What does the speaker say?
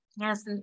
Yes